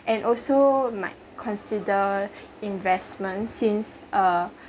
and also might consider investment since uh